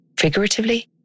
Figuratively